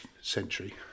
century